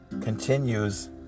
continues